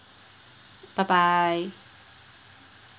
bye bye